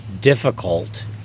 difficult